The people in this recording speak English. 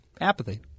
apathy